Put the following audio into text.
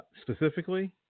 specifically